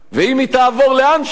ואם היא תעבור לאנשהו,